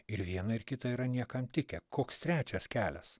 ir viena ir kita yra niekam tikę koks trečias kelias